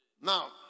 Now